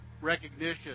recognition